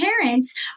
parents